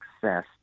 success